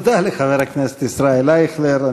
תודה לחבר הכנסת ישראל אייכלר.